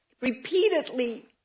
repeatedly